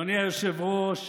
אדוני היושב-ראש,